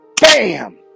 bam